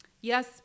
Yes